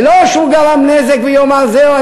זה לא שהוא גרם נזק ויאמר: זהו,